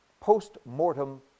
post-mortem